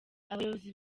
abayobozi